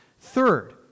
Third